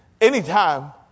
Anytime